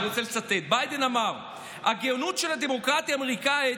ואני רוצה לצטט: "הגאונות של הדמוקרטיה האמריקנית